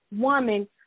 woman